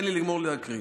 תן לי לגמור להקריא.